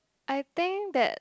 I think that